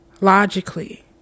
Logically